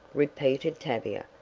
repeated tavia.